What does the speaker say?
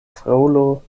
fraŭlo